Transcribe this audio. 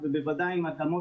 וגם אני אומר את זה,